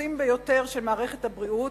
הכמוסים ביותר של מערכת הבריאות.